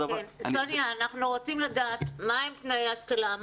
סוניה, אנחנו רוצים לדעת מה הם תנאי ההשכלה.